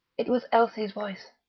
it was elsie's voice.